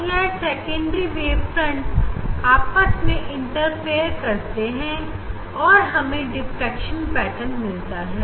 यह secondary wavefront आपस में इंटरफेयर करते हैं और हमें डिफ्रेक्शन पेटर्न मिलता है